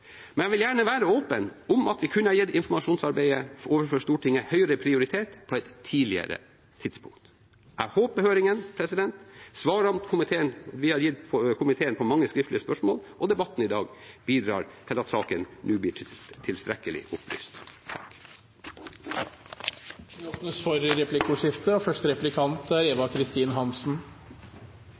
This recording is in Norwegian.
Men jeg vil gjerne være åpen om at vi kunne ha gitt informasjonsarbeidet overfor Stortinget høyere prioritet på et tidligere tidspunkt. Jeg håper høringen, svarene vi har gitt komiteen på mange skriftlige spørsmål, og debatten i dag bidrar til at saken nå blir tilstrekkelig opplyst. Det blir replikkordskifte. Først vil jeg takke forsvarsministeren for å dele mange av de ambisiøse planene han har for tiden framover, men det er